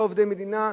לא עובדי מדינה,